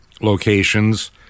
locations